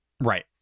Right